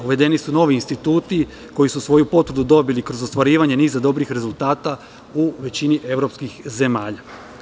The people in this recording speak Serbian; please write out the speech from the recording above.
Uvedeni su novi instituti, koji su svoju potvrdu dobili kroz ostvarivanje niza dobrih rezultata u većini evropskih zemalja.